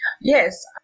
Yes